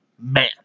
man